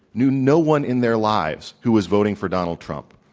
knew no one in their lives who was voting for donald trump.